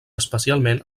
especialment